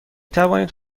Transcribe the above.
توانید